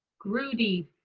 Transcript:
gruddy.